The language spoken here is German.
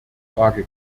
frage